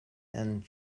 and